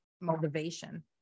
motivation